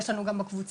יש לנו גם בקבוצה,